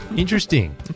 Interesting